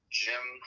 gym